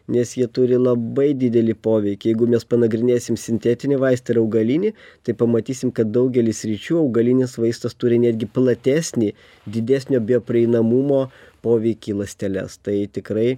nes jie turi labai didelį poveikį jeigu mes panagrinėsim sintetinį vaistą ir augalinį tai pamatysim kad daugely sričių augalinis vaistas turi netgi platesnį didesnio bio prieinamumo poveikį į ląsteles tai tikrai